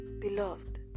Beloved